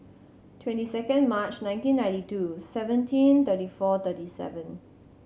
twenty second March nineteen ninety two seventeen thirty four thirty seven